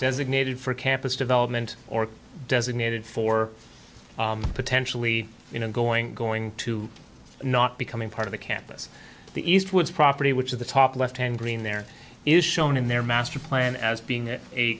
designated for campus development or designated for potentially you know going going to not becoming part of the campus the east woods property which of the top left hand green there is shown in their master plan as being a